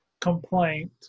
complaint